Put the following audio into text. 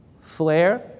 flare